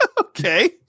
Okay